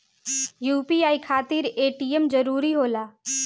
UPI खातिर ATM जरूरी होला?